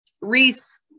Reese